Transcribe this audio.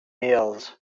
meals